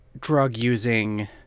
drug-using